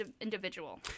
individual